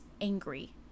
angry